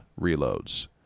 reloads